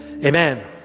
Amen